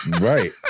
Right